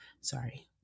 sorry